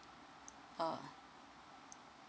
uh